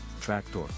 tractor